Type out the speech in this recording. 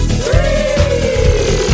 three